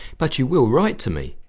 but you will write to me?